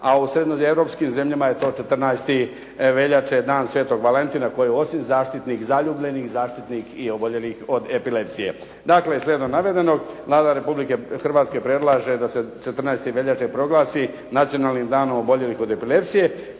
a u srednjoeuropskim zemljama je to 14. veljače dan svetog Valentina koji je osim zaštitnik zaljubljenih, zaštitnik i oboljelih od epilepsije. Dakle slijedom navedenog Vlada Republike Hrvatske predlaže da se 14. veljače proglasi nacionalnim danom oboljelih od epilepsije,